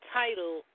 title